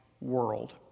world